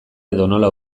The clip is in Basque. edonola